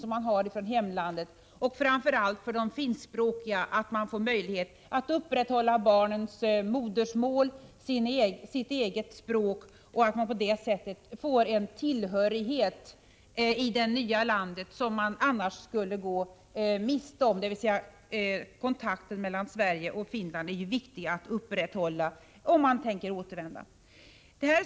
Framför allt är det betydelsefullt att de finskspråkiga har möjlighet att upprätthålla barnens modersmål, sitt eget språk, för att på det sättet få en tillhörighet i det nya landet som de annars skulle gå miste om. Kontakten mellan Finland och Sverige är ju viktig att upprätthålla, om man tänker återvända.